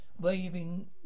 Waving